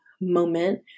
moment